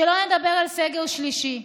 שלא לדבר על סגר שלישי.